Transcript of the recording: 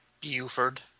Buford